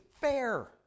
fair